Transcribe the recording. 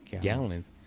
gallons